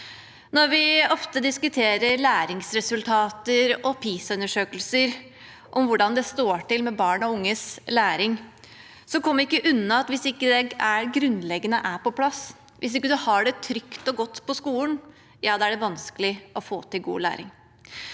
Når vi ofte diskuterer læringsresultater og PISA-undersøkelser om hvordan det står til med barn og unges læring, kommer vi ikke unna at hvis ikke det grunnleggende er på plass, hvis man ikke har det trygt og godt på skolen, er det vanskelig å få til god læring.